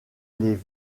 les